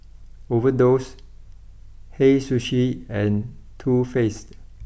Overdose Hei Sushi and Too Faced